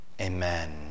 amen